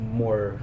more